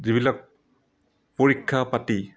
যিবিলাক পৰীক্ষা পাতি